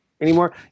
anymore